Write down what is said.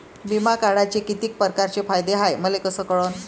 बिमा काढाचे कितीक परकारचे फायदे हाय मले कस कळन?